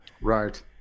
Right